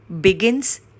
begins